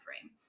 frame